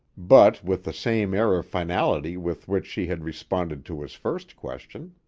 but with the same air of finality with which she had responded to his first question.